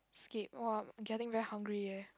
skip [wah] I'm getting very hungry leh